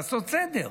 לעשות סדר.